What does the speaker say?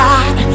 God